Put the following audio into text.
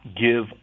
give